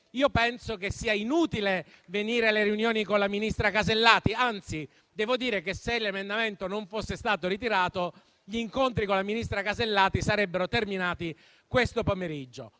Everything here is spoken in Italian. penso che sia inutile venire alle riunioni con il ministro Casellati; anzi, devo dire che, se l'emendamento non fosse stato ritirato, gli incontri con il ministro Casellati sarebbero terminati questo pomeriggio.